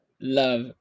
love